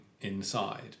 inside